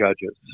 judges